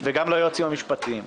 האוצר וגם ליועצים המשפטיים.